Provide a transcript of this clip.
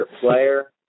player